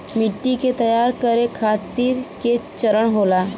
मिट्टी के तैयार करें खातिर के चरण होला?